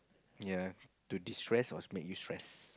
ya to destress or make you stress